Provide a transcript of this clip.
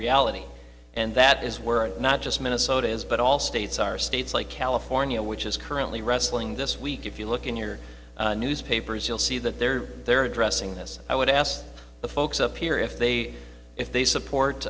reality and that is we're not just minnesota is but all states are states like california which is currently wrestling this week if you look in your newspapers you'll see that they're they're addressing this i would ask the folks up here if they if they support